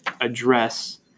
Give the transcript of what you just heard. address